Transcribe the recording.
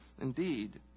indeed